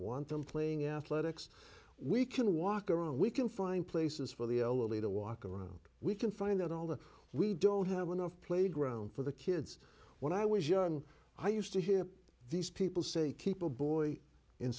want them playing athletics we can walk around we can find places for the elderly to walk around we can find that although we don't have one of playground for the kids when i was young i used to hear these people say keep a boy in